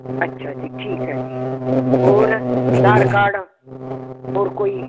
ਅੱਛਾ ਜੀ ਠੀਕ ਹ ਜੀ ਹੋਰ ਆਧਾਰ ਕਾਰਡ ਹੋਰ ਕੋਈ